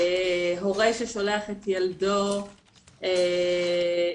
הורה ששולח את ילדו לחוגים,